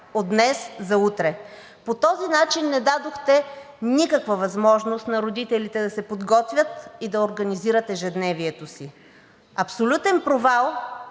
от днес за утре. По този начин не дадохте никаква възможност на родителите да се подготвят и да организират ежедневието си. Абсолютен провал